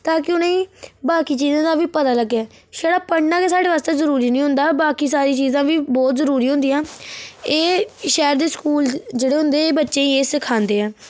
ताकि उनेंगी बाकी चीजें दा बी पता लग्गे छड़ा पढ़ना गै स्हाड़े आस्तै जरूरी नी हुंदा बाकी सारी चीजां बी बहुत जरूरी होंदियां एह् शैहर दे स्कूल जेह्ड़े होंदे बच्चें गी एह् सखांदे ऐ